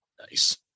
Nice